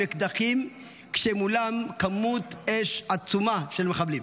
אקדחים כשמולם כמות אש עצומה של מחבלים.